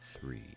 three